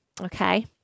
Okay